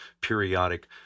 periodic